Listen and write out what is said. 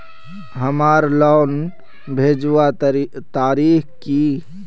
हमार लोन भेजुआ तारीख की?